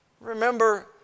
Remember